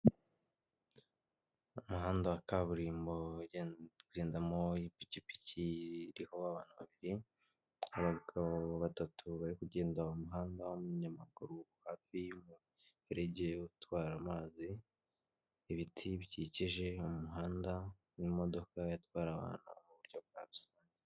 Umuhanda wa kaburimbo ugendagendamo ipikipiki iriho abantu babiri, hari abagabo batatu bari kugenda mu muhanda w'abanyamaguru hafi y'umuferege utwara amazi, ibiti bikikije umuhanda w'imodoka itwara abantu mu buryo bwa rusange.